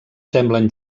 semblen